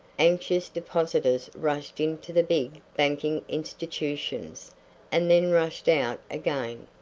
anxious depositors rushed into the big banking institutions and then rushed out again,